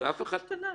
השוק השתנה.